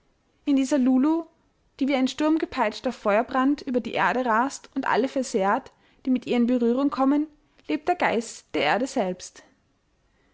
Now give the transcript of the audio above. in dieser lulu die wie ein sturmgepeitschter feuerbrand über die erde rast und alle versehrt die mit ihr in berührung kommen lebt der geist der erde selbst